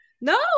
no